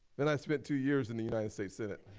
then i spent two years in the united states senate.